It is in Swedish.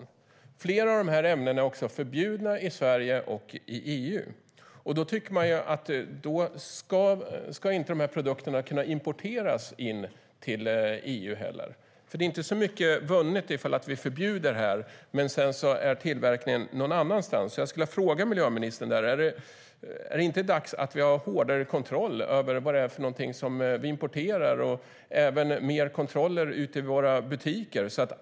Flera av ämnena är också förbjudna i Sverige och i EU. Då tycker man ju att produkterna inte heller ska kunna importeras till EU, för det är ju inte så mycket vunnet om vi förbjuder det här men tillverkningen sedan sker någon annanstans. Jag skulle därför vilja fråga miljöministern om det inte är dags att vi har hårdare kontroll av det vi importerar, och även mer kontroller ute i våra butiker.